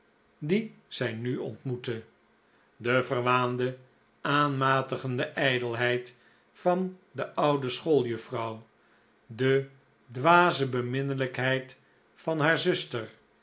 die zij nu ontmoette de verwaande aanmatigende ijdelheid van de oude schooljuffrouw de dwaze beminnelijkheid van haar zuster